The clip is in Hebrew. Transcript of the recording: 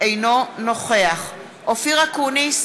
אינו נוכח אופיר אקוניס,